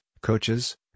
coaches